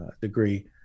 degree